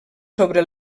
sobre